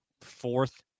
fourth